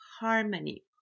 harmony